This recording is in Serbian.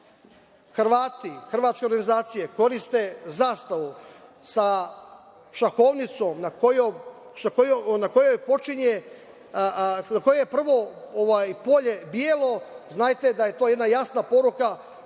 Hrvati, hrvatske organizacije koriste zastavu sa šahovnicom na kojoj je prvo polje belo, znajte da je to jedna jasna poruka da